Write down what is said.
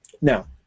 Now